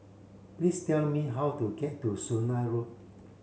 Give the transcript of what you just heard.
please tell me how to get to Sungei Road